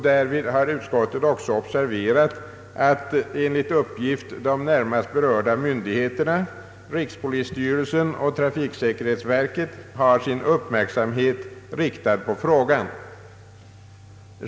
Därvid har utskottet också observerat att enligt uppgift de närmast berörda myndigheterna, rikspolisstyrelsen och trafiksäkerhetsverket, har sin uppmärksamhet riktad på frågan.